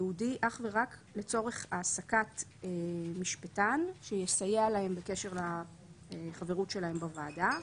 ייעודי אך ורק לצורך העסקת משפטן שיסייע להם בקשר לחברות שלהם בוועדה.